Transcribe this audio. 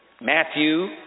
Matthew